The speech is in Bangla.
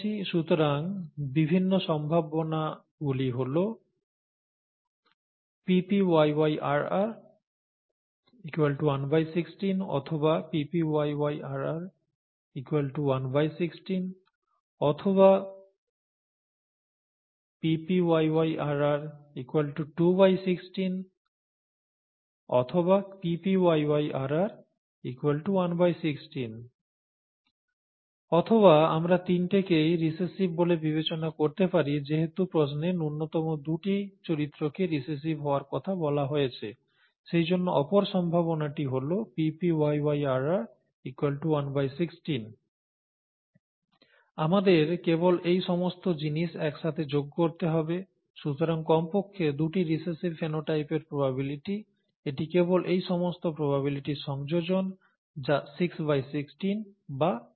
সুতরাং বিভিন্ন সম্ভাবনা গুলি হল ppyyRr ¼ x ½ x ½ 116 অথবা ppYyrr ¼ x ½ x ½ 116 অথবা Ppyyrr ½ x ½ x ½ 18 216 অথবা PPyyrr ¼ x ½ x ½ 116 অথবা আমরা তিনটিকেই রিসেসিভ বলে বিবেচনা করতে পারি যেহেতু প্রশ্নে ন্যূনতম দুটি চরিত্রকে রিসেসিভ হওয়ার কথা বলা হয়েছে সেজন্য অপর সম্ভাবনাটি হল Ppyyrr ¼ x ½ x ½ 116 আমাদের কেবল এই সমস্ত জিনিস একসাথে যোগ করতে হবে সুতরাং কমপক্ষে দুটি রিসেসিভ ফেনোটাইপের প্রবাবিলিটি এটি কেবল এই সমস্ত প্রবাবিলিটির সংযোজন যা 616 বা 38